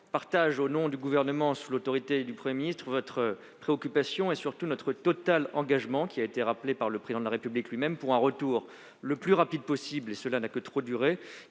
partage, au nom du Gouvernement et sous l'autorité du Premier ministre, votre préoccupation et vous assure de notre total engagement, rappelé par le Président de la République lui-même, pour un retour le plus rapide possible des sessions du